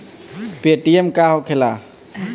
Paytm का होखेला?